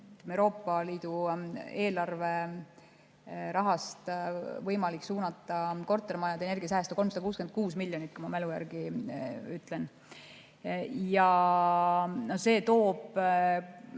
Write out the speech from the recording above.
Euroopa Liidu eelarve rahast võimalik suunata kortermajade energiasäästu. 366 miljonit, ma mälu järgi ütlen. Ja see toob